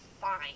fine